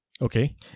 Okay